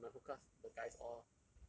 got but my whole class the guys all